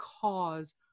cause